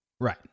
Right